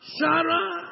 Sarah